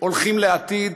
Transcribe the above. הולכים לעתיד,